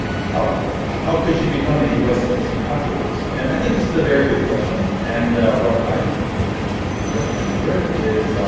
how ah how could she become a u s. citizen afterwards? and i think this is a very good question and what i you know and recommend here is